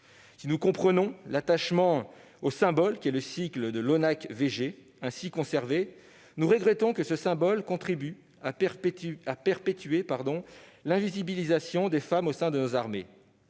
Si nous comprenons l'attachement au symbole qu'est le sigle ONACVG ainsi conservé, nous regrettons que ce symbole contribue à perpétuer l'invisibilisation des femmes au sein de nos armées.